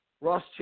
Ross